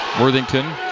Worthington